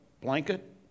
blanket